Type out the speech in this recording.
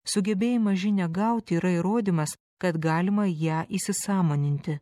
sugebėjimas žinią gauti yra įrodymas kad galima ją įsisąmoninti